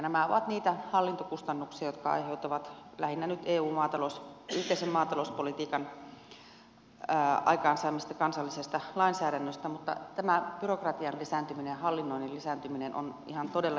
nämä ovat niitä hallintokustannuksia jotka aiheutuvat lähinnä nyt eun yhteisen maatalouspolitiikan aikaansaamasta kansallisesta lainsäädännöstä mutta tämä byrokratian lisääntyminen ja hallinnoinnin lisääntyminen on ihan todella järkyttävää